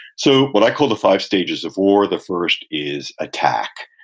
so, what i call the five stages of war, the first is attack.